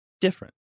different